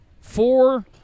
four